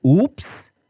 oops